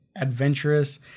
adventurous